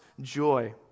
joy